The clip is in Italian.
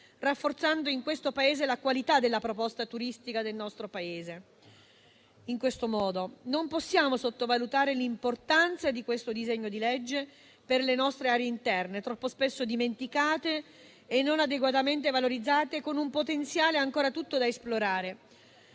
rafforzando in questo modo la qualità della proposta turistica del nostro Paese. Non possiamo sottovalutare l'importanza di questo disegno di legge per le nostre aree interne, troppo spesso dimenticate e non adeguatamente valorizzate, con un potenziale ancora tutto da esplorare.